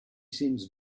seems